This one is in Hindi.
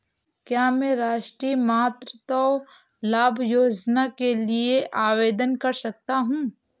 क्या मैं राष्ट्रीय मातृत्व लाभ योजना के लिए आवेदन कर सकता हूँ?